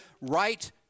right